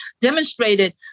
demonstrated